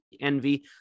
envy